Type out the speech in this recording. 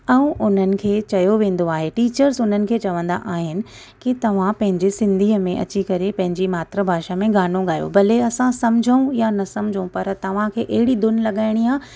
ऐं उन्हनि खे चयो वेंदो आहे टीचर्स उन्हनि खे चवंदा आहिनि की तव्हां पंहिंजी सिंधीअ में अची करे पंहिंजी मात्र भाषा में गानो गायो भले असां सम्झूं या न सम्झूं पर तव्हांखे अहिड़ी धुन लॻाइणी आहे